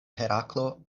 heraklo